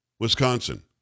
Wisconsin